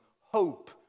hope